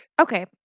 Okay